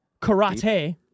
karate